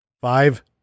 Five